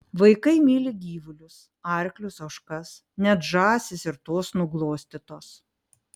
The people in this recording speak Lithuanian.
vaikai myli gyvulius arklius ožkas net žąsys ir tos nuglostytos